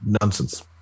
nonsense